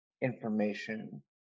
information